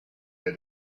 they